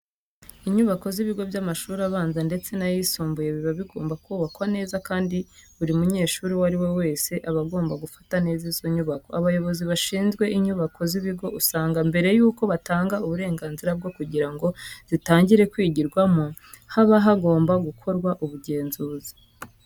Inyubako z'ibigo by'amashuri abanza ndetse n'ayisumbuye biba bigomba kubakwa neza kandi buri munyeshuri uwo ari we wese aba agomba gufata neza izo nyubako. Abayobozi bashinzwe inyubako z'ibigo usanga mbere yuko batanga uburenganzira bwo kugira ngo zitangire kwigirwamo haba hagomba gukorwa ubugenzuzi.